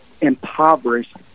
impoverished